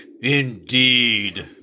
indeed